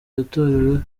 yatorewe